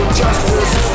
justice